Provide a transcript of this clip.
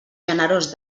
generós